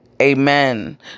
Amen